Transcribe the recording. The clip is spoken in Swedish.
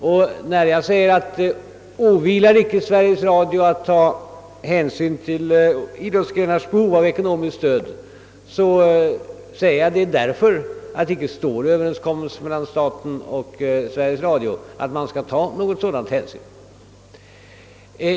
Och när jag här framhåller att det icke åvilar Sveriges Radio att ta hänsyn till idrottsgrenars behov av ekonomiskt stöd gör jag det därför att överenskommelsen mellan staten och Sveriges Radio icke anger att någon sådan hänsyn skall tas.